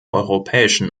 europäischen